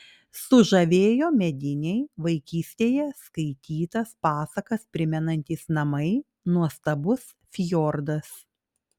sužavėjo mediniai vaikystėje skaitytas pasakas primenantys namai nuostabus fjordas